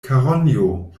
karonjo